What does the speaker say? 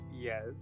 Yes